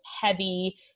heavy